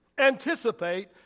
Anticipate